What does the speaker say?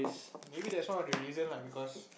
maybe that's one of the reason lah because